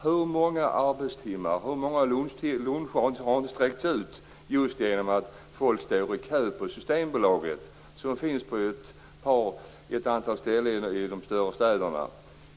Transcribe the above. Hur många arbetstimmar och luncher har inte sträckts ut just genom att folk står i kö på Systembolaget, som finns på ett antal ställen i de större städerna?